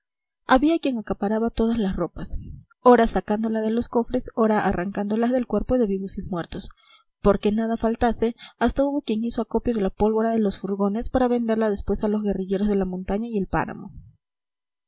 había quien acaparaba todas las ropas ora sacándolas de los cofres ora arrancándolas del cuerpo de vivos y muertos porque nada faltase hasta hubo quien hizo acopio de la pólvora de los furgones para venderla después a los guerrilleros de la montaña y el páramo